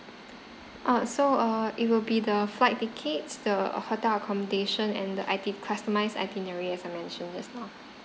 oh so uh it will be the flight tickets the hotel accommodation and the iti~ customised itinerary as I mentioned just now